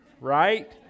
right